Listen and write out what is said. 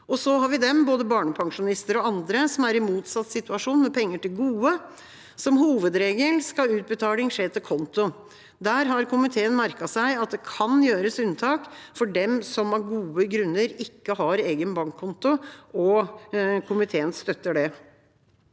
Så har vi dem, både barnepensjonister og andre, som er i motsatt situasjon, med penger til gode. Som hovedregel skal utbetaling skje til konto. Der har komiteen merket seg at det kan gjøres unntak for dem som av gode grunner ikke har egen bankkonto, og komiteen støtter det.